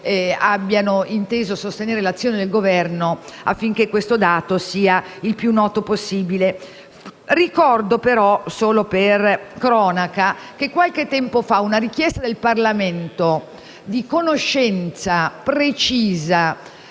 abbiano inteso sostenere l'azione del Governo affinché questo dato sia reso noto il più possibile. Ricordo però, solo per cronaca, come, qualche tempo fa, una richiesta del Parlamento di conoscere